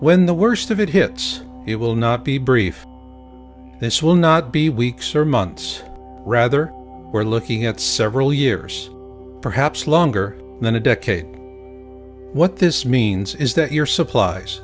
when the worst of it hits it will not be brief this will not be weeks or months rather we're looking at several years perhaps longer than a decade what this means is that your supplies